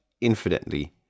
infinitely